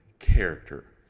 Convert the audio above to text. character